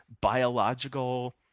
biological